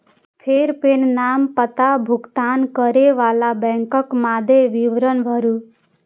फेर पेन, नाम, पता, भुगतान करै बला बैंकक मादे विवरण भरू